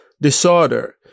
disorder